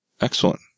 Excellent